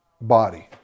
body